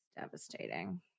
devastating